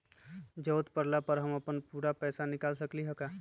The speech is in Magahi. जरूरत परला पर हम अपन पूरा पैसा निकाल सकली ह का?